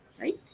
right